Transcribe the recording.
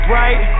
right